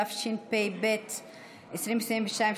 התשפ"ב 2022,